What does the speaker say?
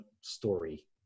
story